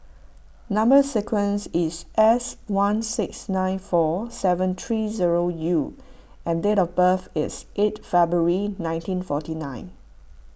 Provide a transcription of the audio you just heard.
Number Sequence is S one six nine four seven three zero U and date of birth is eight February nineteen forty nine